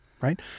Right